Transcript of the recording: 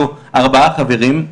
אנחנו ארבעה חברים.